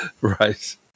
right